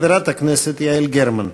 חברת הכנסת יעל גרמן.